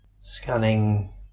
Scanning